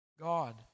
God